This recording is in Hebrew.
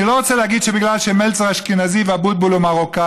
אני לא רוצה להגיד שזה כי מלצר אשכנזי ואבוטבול הוא מרוקאי,